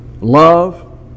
Love